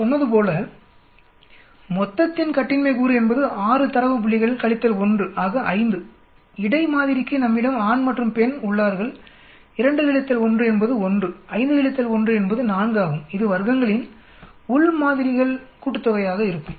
நான் சொன்னது போல மொத்தத்தின் கட்டின்மை கூறு என்பது 6 தரவு புள்ளிகள் கழித்தல் 1 ஆக 5 இடை மாதிரிக்கு நம்மிடம் ஆண் மற்றும் பெண் உள்ளார்கள் 2 1 என்பது 1 5 1 என்பது 4 ஆகும் இது வர்க்கங்களின் உள் மாதிரிகள் கூட்டுத்தொகையாக இருக்கும்